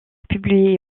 publié